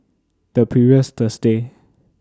The previous Thursday